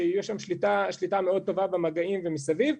שיש שם שליטה מאוד טובה במגעים ומסביב.